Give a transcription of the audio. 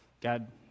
God